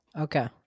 Okay